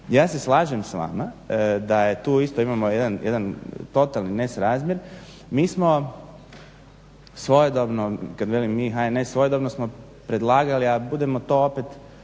ja se slažem s vama, tu isto imamo jedan totalni nesrazmjer. Mi smo svojedobno, kad velim mi HNS, svojedobno smo predlagali a budemo to opet